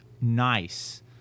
nice